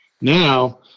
Now